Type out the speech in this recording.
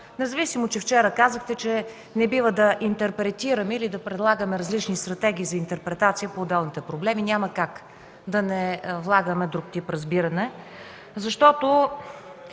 независимо че вчера казахте, че не бива да интерпретираме или да предлагаме различни стратегии за интерпретация на отделните проблеми. Няма как да не влагаме друг тип разбиране, защото